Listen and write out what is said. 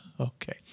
Okay